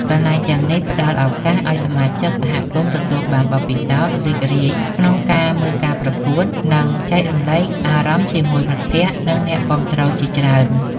កន្លែងទាំងនេះផ្តល់ឱកាសឱ្យសមាជិកសហគមន៍ទទួលបានបទពិសោធន៍រីករាយក្នុងការមើលការប្រកួត និងចែករំលែកអារម្មណ៍ជាមួយមិត្តភក្តិ និងអ្នកគាំទ្រជាច្រើន។